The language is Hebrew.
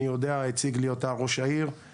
אני יודע הציג לי אותה ראש העיר,